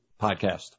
podcast